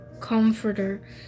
comforter